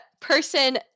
person